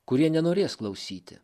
kurie nenorės klausyti